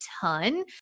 ton